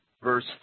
verse